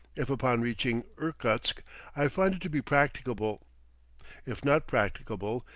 if upon reaching irkutsk i find it to be practicable if not practicable,